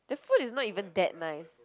the food is not even that nice